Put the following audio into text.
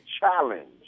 challenge